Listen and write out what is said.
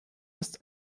ist